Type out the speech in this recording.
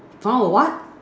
found a what